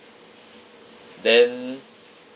then